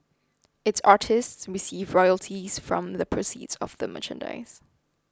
its artists receive royalties from the proceeds of the merchandise